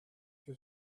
que